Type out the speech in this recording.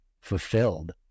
fulfilled